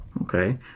Okay